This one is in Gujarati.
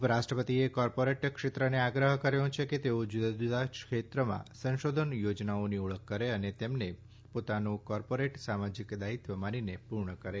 ઉપરાષ્ટ્રપતિએ કોર્પોરેટ ક્ષેત્રને આગ્રહ કર્યો છે કે તેઓ જુદાજુદા ક્ષેત્રમાં સંશોધન યોજનાઓની ઓળખ કરે અને તેમને પોતાનો કોર્પોરેટ સામાજિક દાયિત્વ માનીને પૂર્ણ કરે